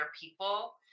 people